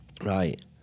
right